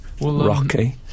rocky